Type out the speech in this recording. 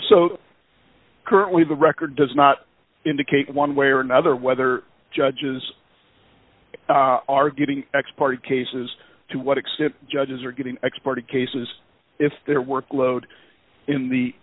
so currently the record does not indicate one way or another whether judges are getting x party cases to what extent judges are getting exported cases if their workload in the